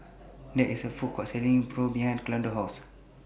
There IS A Food Court Selling Pho behind Orlando's House